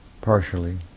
partially